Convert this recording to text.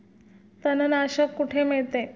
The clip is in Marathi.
तणनाशक कुठे मिळते?